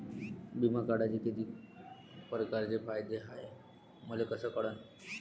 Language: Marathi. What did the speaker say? बिमा काढाचे कितीक परकारचे फायदे हाय मले कस कळन?